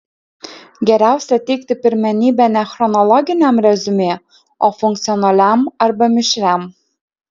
geriausia teikti pirmenybę ne chronologiniam reziumė o funkcionaliam arba mišriam